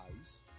eyes